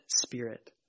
spirit